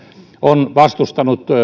on vastustanut